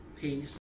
peace